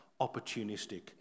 opportunistic